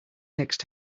next